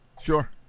Sure